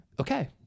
okay